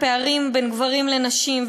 פערים בין גברים לנשים,